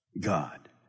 God